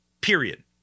Period